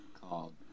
called